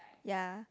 ya